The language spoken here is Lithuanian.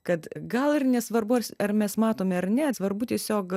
kad gal ir nesvarbu ar ar mes matomi ar ne svarbu tiesiog